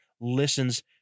listens